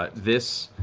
but this